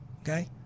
okay